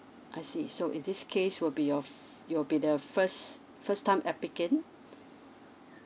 I see so in this case will be your f~ you'll be the first first time applicant